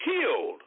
killed